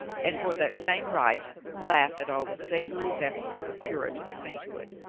and for that same right laugh at all the savory vessels of puritan sainthood.